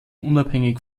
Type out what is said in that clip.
unabhängig